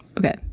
Okay